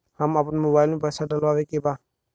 हम आपन मोबाइल में पैसा डलवावे के बा?